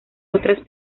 otras